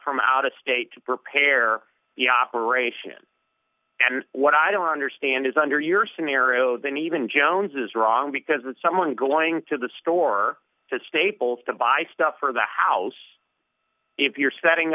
from out of state to prepare the operation and what i don't understand is under your scenario then even jones is wrong because that someone going to the store to staples to buy stuff for the house if you're setting